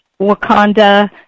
Wakanda